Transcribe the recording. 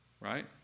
right